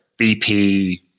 BP